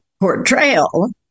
portrayal